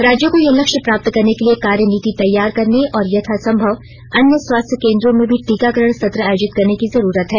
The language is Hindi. राज्यों को यह लक्ष्य प्राप्त करने के लिए कार्यनीति तैयार करने और यथासंभव अन्य स्वास्थ्य केन्द्रों में भी टीकाकरण सत्र आयोजित करने की जरूरत है